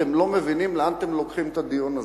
אתם לא מבינים לאן אתם לוקחים את הדיון הזה.